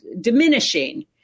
diminishing